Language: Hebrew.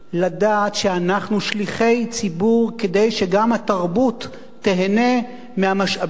לדעת שאנחנו שליחי ציבור כדי שגם התרבות תיהנה מהמשאבים